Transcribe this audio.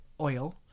oil